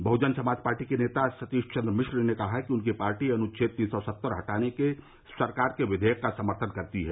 बहजन समाज पार्टी के नेता सतीश चन्द्र मिश्र ने कहा कि उनकी पार्टी अनुछेद तीन सौ सत्तर हटाने के सरकार के विधेयक का समर्थन करती है